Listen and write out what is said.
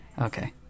Okay